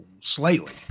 slightly